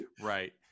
Right